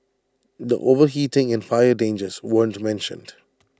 the overheating and fire dangers weren't mentioned